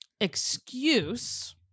excuse